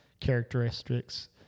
characteristics